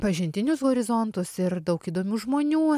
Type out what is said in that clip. pažintinius horizontus ir daug įdomių žmonių